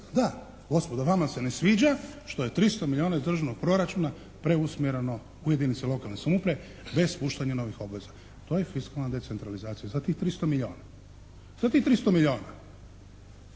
da gospodo vama se ne sviđa što je 300 milijuna iz državnog proračuna preusmjereno u jedinice lokalne samouprave bez puštanja novih obveza. To je fiskalna decentralizacija, za tih 300 milijuna. Za tih 300 milijuna.